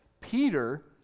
Peter